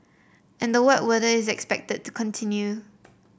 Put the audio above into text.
and the wet weather is expected to continue